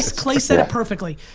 clay said it perfectly.